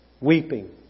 Weeping